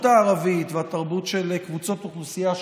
הערבית והתרבות של קבוצות אוכלוסייה שונות.